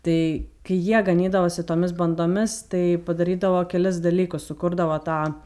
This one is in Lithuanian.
tai kai jie ganydavosi tomis bandomis tai padarydavo kelis dalykus sukurdavo tą